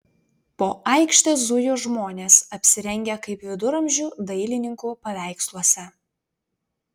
po aikštę zujo žmonės apsirengę kaip viduramžių dailininkų paveiksluose